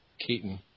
Keaton